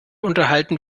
unterhalten